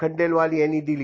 खंडेलवाल यांनी दिली